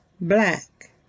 black